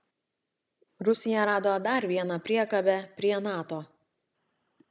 rusija rado dar vieną priekabę prie nato